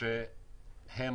כי הם